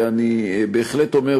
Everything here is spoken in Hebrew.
אני בהחלט אומר,